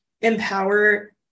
empower